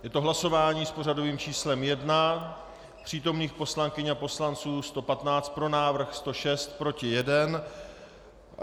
Je to hlasování s pořadovým číslem 1, přítomných poslankyň a poslanců 115, pro návrh 106, proti 1.